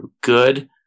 good